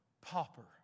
pauper